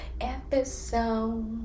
episode